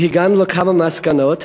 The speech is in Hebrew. והגענו לכמה מסקנות,